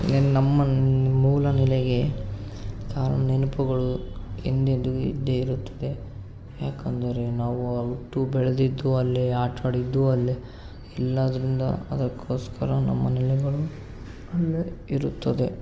ನಮ್ಮ ಮೂಲ ನೆಲೆಗೆ ನೆನಪುಗಳು ಎಂದೆಂದಿಗೂ ಇದ್ದೇ ಇರುತ್ತದೆ ಯಾಕೆಂದರೆ ನಾವು ಹುಟ್ಟಿ ಬೆಳೆದಿದ್ದು ಅಲ್ಲೇ ಆಟಾಡಿದ್ದು ಅಲ್ಲೇ ಎಲ್ಲದರಿಂದ ಅದಕ್ಕೋಸ್ಕರ ನಮ್ಮ ನೆಲೆಗಳು ಅಲ್ಲೇ ಇರುತ್ತದೆ